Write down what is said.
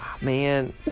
Man